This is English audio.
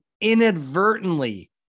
inadvertently